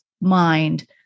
mind